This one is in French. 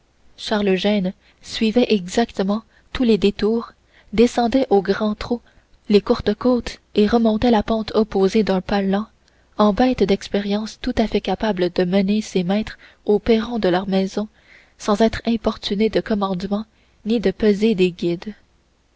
charles eugène suivait exactement tous les détours descendait au grand trot les courtes côtes et remontait la pente opposée d'un pas lent en bête d'expérience tout à fait capable de mener ses maîtres au perron de leur maison sans être importunée de commandements ni de pesées des guides